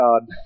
God